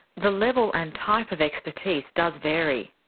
the level and type of expertise does vary.